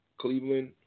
Cleveland